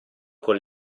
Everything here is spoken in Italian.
con